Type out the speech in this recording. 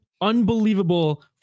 unbelievable